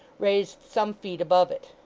raised some feet above it.